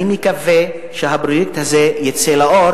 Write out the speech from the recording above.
אני מקווה שהפרויקט הזה יצא לפועל,